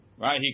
Right